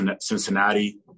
Cincinnati